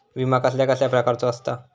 विमा कसल्या कसल्या प्रकारचो असता?